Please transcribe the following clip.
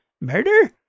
Murder